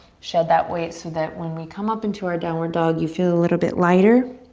shed that weight so that when we come up into our downward dog, you feel a little bit lighter.